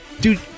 Dude